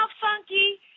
funky